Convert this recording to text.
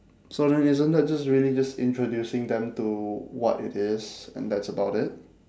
so then isn't that just really just introducing them to what it is and that's about it